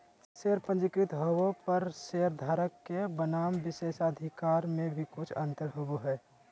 share पंजीकृत होबो पर शेयरधारक के बनाम विशेषाधिकार में भी कुछ अंतर होबो हइ